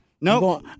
no